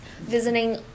Visiting